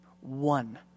One